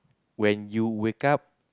when you wake up